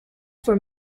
for